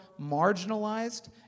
marginalized